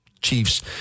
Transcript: Chiefs